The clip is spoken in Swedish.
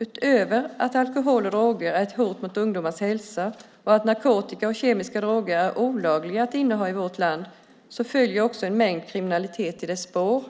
Utöver att alkohol och droger är ett hot mot ungdomars hälsa och att narkotika och kemiska droger är olagliga att inneha i vårt land följer också en mängd kriminalitet i deras spår.